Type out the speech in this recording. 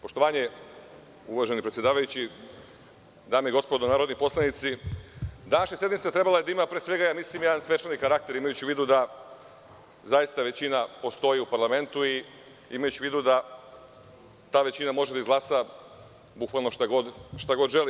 Poštovanje, uvaženi predsedavajući, dame i gospodo narodni poslanici, današnja sednica trebalo je da ima pre svega jedan svečani karakter, imajući u vidu da zaista većina postoji u parlamentu i imajući u vidu da ta većina može da izglasa bukvalno šta god želi.